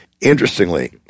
Interestingly